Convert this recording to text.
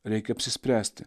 reikia apsispręsti